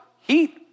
heat